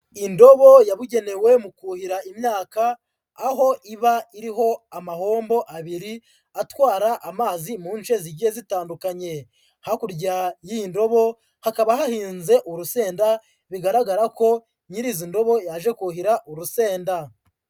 Indobo yabugenewe mu kuhira imyaka, aho iba iriho amahombo abiri atwara amazi mu nce zigiye zitandukanye. Hakurya y'iyi ndobo hakaba hahinze urusenda bigaragara ko nyiri izo ndobo yaje kuhira urusenda.